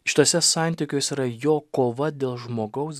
šituose santykiuose yra jo kova dėl žmogaus